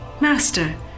Master